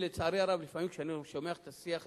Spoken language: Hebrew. לצערי הרב, לפעמים, כשאני שומע את השיח הציבורי,